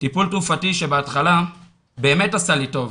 טיפול תרופתי שבהתחלה באמת עשה לי טוב,